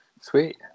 sweet